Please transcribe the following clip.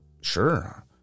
sure